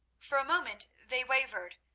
for a moment they wavered,